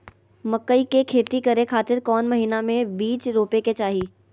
मकई के खेती करें खातिर कौन महीना में बीज रोपे के चाही?